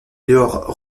dehors